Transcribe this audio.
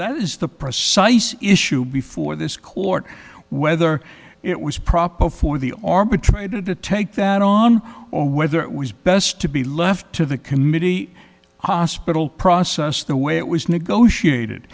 that is the precise issue before this court whether it was proper for the arbitrator to take that on or whether it was best to be left to the committee hospital process the way it was negotiated